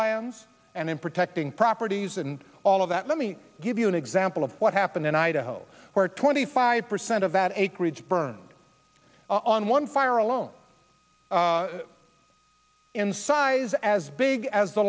lands and in protecting properties and all of that let me give you an example of what happened in idaho where twenty five percent of that acreage burned on one fire alone in size as big as the